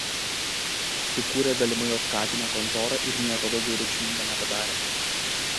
sukūrė galimai otkatinę kontorą ir nieko daugiau reikšmingo nepadarė